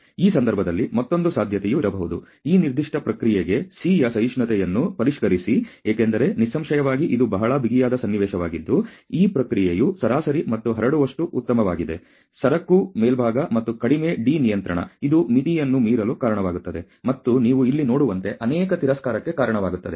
ಈ ಸಂದರ್ಭದಲ್ಲಿ ಮತ್ತೊಂದು ಸಾಧ್ಯತೆಯು ಇರಬಹುದು ಈ ನಿರ್ದಿಷ್ಟ ಪ್ರಕ್ರಿಯೆಗೆ C ಯ ಸಹಿಷ್ಣುತೆಯನ್ನು ಪರಿಷ್ಕರಿಸಿ ಏಕೆಂದರೆ ನಿಸ್ಸಂಶಯವಾಗಿ ಇದು ಬಹಳ ಬಿಗಿಯಾದ ಸನ್ನಿವೇಶವಾಗಿದ್ದು ಈ ಪ್ರಕ್ರಿಯೆಯು ಸರಾಸರಿ ಮತ್ತು ಹರಡುವಷ್ಟು ಉತ್ತಮವಾಗಿದೆ ಸರಕು ಮೇಲ್ಭಾಗ ಮತ್ತು ಕಡಿಮೆ D ನಿಯಂತ್ರಣ ಇದು ಮಿತಿಯನ್ನು ಮೀರಲು ಕಾರಣವಾಗುತ್ತದೆ ಮತ್ತು ನೀವು ಇಲ್ಲಿ ನೋಡುವಂತೆ ಅನೇಕ ತಿರಸ್ಕಾರಕ್ಕೆ ಕಾರಣವಾಗುತ್ತದೆ